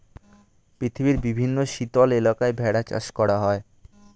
পৃথিবীর বিভিন্ন শীতল এলাকায় ভেড়া চাষ করা হয়